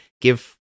give